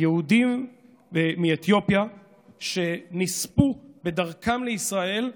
יהודים מאתיופיה שנספו בדרכם לישראל,